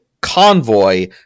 convoy